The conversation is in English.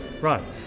right